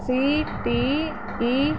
C T E